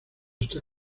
está